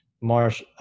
Marsh –